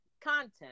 content